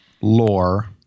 lore